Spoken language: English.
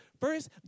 first